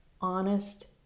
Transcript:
honest